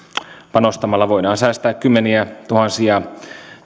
panostamalla voidaan säästää kymmeniätuhansia